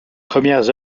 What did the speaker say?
premières